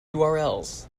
urls